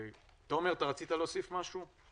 תומר, אתה רצית להוסיף משהו?